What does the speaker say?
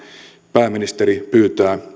pääministeri pyytää